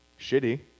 shitty